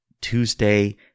Tuesday